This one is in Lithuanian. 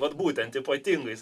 vat būtent ypatingais